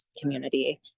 community